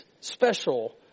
special